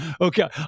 okay